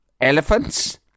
elephants